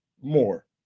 more